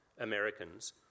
Americans